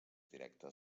directe